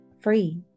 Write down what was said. free